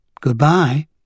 Goodbye